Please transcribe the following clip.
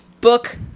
book